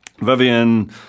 Vivian